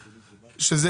שזה,